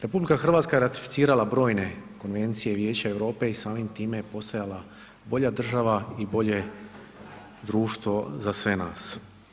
RH je ratificirala brojne Konvencije Vijeća Europe i samim time je postajala bolja država i bolje društvo za sve nas.